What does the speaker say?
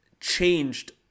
changed